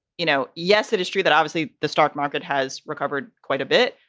you know, yes, it is true that obviously the stock market has recovered quite a bit.